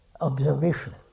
observation